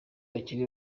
bakiri